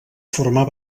formar